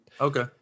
okay